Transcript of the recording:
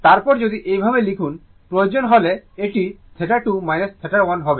তারপর যদি এইভাবে লিখুন প্রয়োজন হলে এটি 2 1 হবে